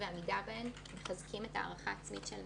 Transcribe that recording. ועמידה בהם מחזקים את ההערכה העצמית של נערות,